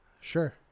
Sure